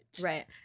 Right